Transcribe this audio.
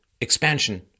expansion